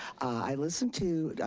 i listened to,